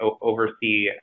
oversee